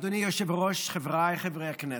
אדוני היושב-ראש, חבריי חברי הכנסת,